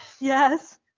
Yes